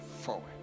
forward